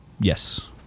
Yes